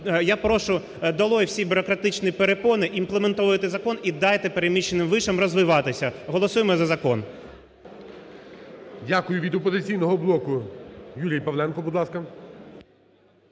Я прошу: долой всі бюрократичні перепони, імплементуйте закон і дайте переміщеним вишам розвиватися. Голосуємо за закон! ГОЛОВУЮЧИЙ. Від "Опозиційного блоку" – Юрій Павленко. Будь ласка.